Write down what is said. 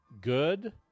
good